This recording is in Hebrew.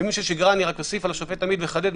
אני רק אוסיף על השופט עמית ואחדד.